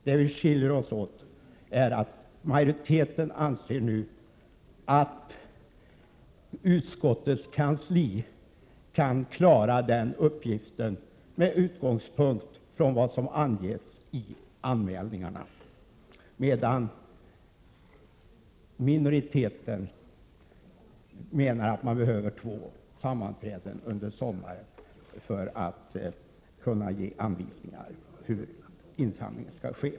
Där vi skiljer oss åt är att majoriteten anser att utskottets kansli kan klara den uppgiften med utgångspunkt i vad som angetts i anmälningarna, medan minoriteten menar att man behöver två sammanträden under sommaren för att kunna ge anvisningar hur insamlandet skall ske.